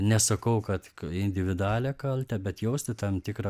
nesakau kad individualią kaltę bet jausti tam tikrą